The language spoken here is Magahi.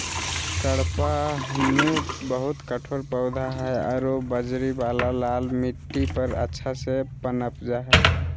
कडपहनुत बहुत कठोर पौधा हइ आरो बजरी वाला लाल मिट्टी पर अच्छा से पनप जा हइ